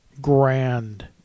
grand